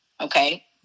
okay